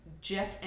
Jeff